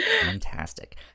Fantastic